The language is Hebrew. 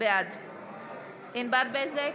בעד ענבר בזק,